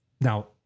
now